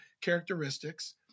characteristics